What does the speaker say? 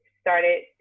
started